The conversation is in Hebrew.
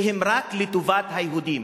שהן רק לטובת היהודים,